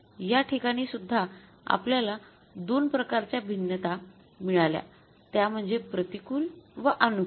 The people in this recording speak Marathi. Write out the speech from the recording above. याठिकाणी सुद्धा आपल्याला २ प्रकारच्या भिन्नता मिळाल्या त्या म्हणजे प्रतिकूल व अनुकूल